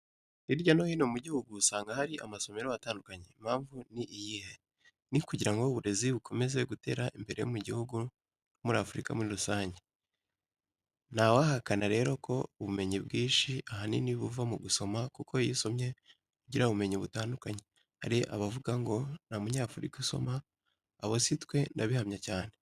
Hirya no hino mu gihugu usanga hari amasomero atandukanye, impamvu ni iyihe? Ni ukugira ngo uburezi bokomeze gutera imbere mu gihugu no muri Afurika muri rusange. Ntawahakana rero ko ubumenyi bwinshi ahanini buva mu gusoma, kuko iyo usomye ugira ubumenyi butandukanye. Hari abavuga ngo nta munyafurika usoma, abo si twe ndabihamya cyane.